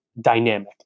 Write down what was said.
dynamic